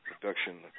production